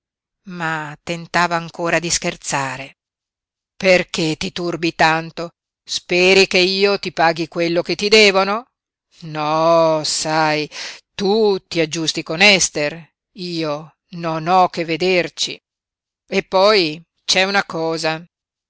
ma tentava ancora di scherzare perché ti turbi tanto speri che io ti paghi quello che ti devono no sai tu ti aggiusti con ester io non ho che vederci eppoi c'è una cosa